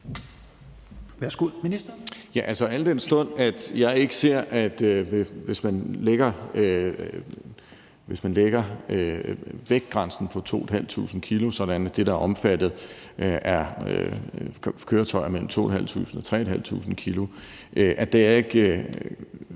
Engelbrecht): Ja, altså, al den stund at jeg endnu ikke – hvis man lægger vægtgrænsen på 2.500 kg sådan, at det, der er omfattet, er køretøjer mellem 2.500 og 3.500 kg – har set